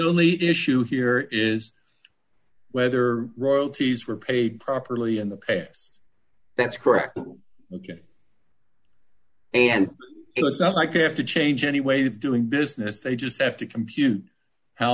only issue here is whether royalties were paid properly in the past that's correct and it's not like they have to change any way of doing business they just have to compute how